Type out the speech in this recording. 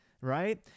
right